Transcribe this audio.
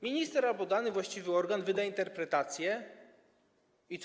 Minister albo dany właściwy organ wyda interpretację i co?